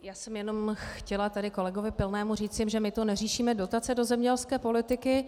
Já jsem jenom chtěla panu kolegovi Pilnému říci, že my tu neřešíme dotace do zemědělské politiky.